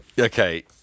Okay